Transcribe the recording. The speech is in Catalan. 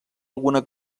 alguna